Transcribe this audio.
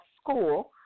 school